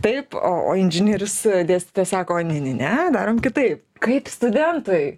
taip o inžinierius dėstytojas sako ne ne darom kitaip kaip studentai